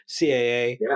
CAA